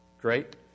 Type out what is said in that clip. Great